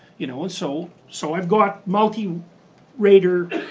you know ah so so, i've got multi rater